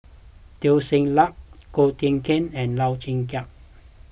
Teo Ser Luck Ko Teck Kin and Lau Chiap Khai